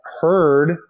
heard